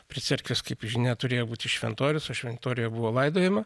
prie cerkvės kaip žinia turėjo būti šventorius o šventoriuje buvo laidojama